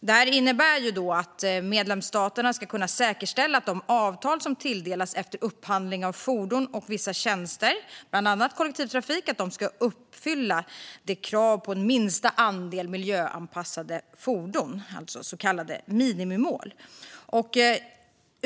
Det här innebär att medlemsstaterna ska kunna säkerställa att de avtal som tilldelas efter upphandling av fordon och vissa tjänster, bland annat kollektivtrafik, uppfyller krav på en minsta andel miljöanpassade fordon, så kallade minimimål.